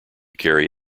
carry